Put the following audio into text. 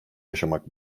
yaşamak